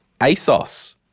ASOS